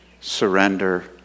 surrender